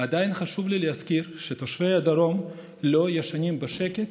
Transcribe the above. עדיין חשוב לי להזכיר שתושבי הדרום לא ישנים בשקט,